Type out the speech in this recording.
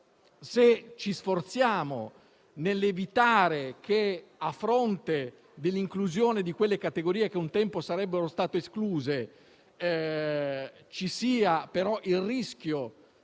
se ci sforziamo di evitare che, a fronte dell'inclusione di quelle categorie che un tempo sarebbero state escluse, ci sia il rischio